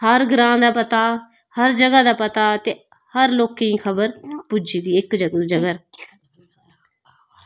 हर ग्रां दा पता हर जगह दा पता ते हर लोकें ई खबर पुज्जी दी इक जगह र